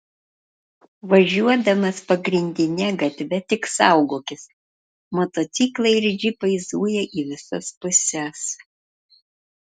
važiuodamas pagrindine gatve tik saugokis motociklai ir džipai zuja į visas puses